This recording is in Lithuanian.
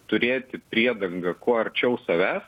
turėti priedangą kuo arčiau savęs